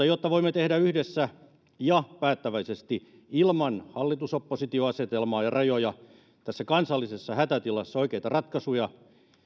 jotta voimme tehdä yhdessä ja päättäväisesti ilman hallitus oppositio asetelmaa ja rajoja tässä kansallisessa hätätilassa oikeita ratkaisuja